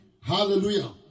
Hallelujah